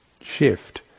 shift